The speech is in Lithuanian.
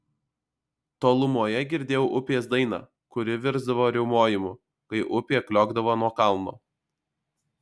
tolumoje girdėjau upės dainą kuri virsdavo riaumojimu kai upė kliokdavo nuo kalno